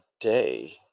day